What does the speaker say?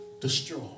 destroy